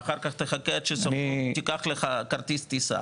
ואחר כך תחכה עד שתיקח לך כרטיס טיסה